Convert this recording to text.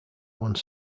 one